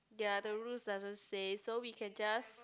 ya the rules doesn't say so we can just